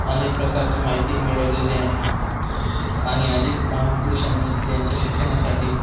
अनेक प्रकारची माहिती मिळवलेली आहे आणि अनेक महापुरुषांनी स्त्रियांच्या शिक्षणासाठी